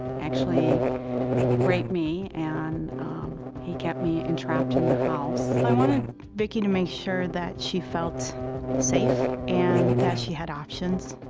actually raped me and he kept me entrapped in the house. i wanted vickie to make sure that she felt safe and that she had options,